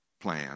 plan